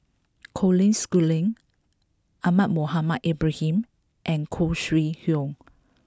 Colin Schooling Ahmad Mohamed Ibrahim and Khoo Sui Hoe